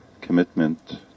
commitment